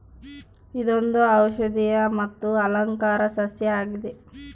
ಇದೊಂದು ಔಷದಿಯ ಮತ್ತು ಅಲಂಕಾರ ಸಸ್ಯ ಆಗಿದೆ